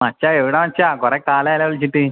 മച്ചാ എവിടാ മച്ചാ കുറെ കാലം ആയല്ലൊ വിളിച്ചിട്ട്